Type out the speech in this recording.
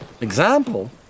example